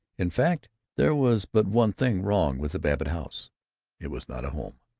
in fact there was but one thing wrong with the babbitt house it was not a home.